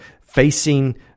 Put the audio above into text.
facing